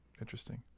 interesting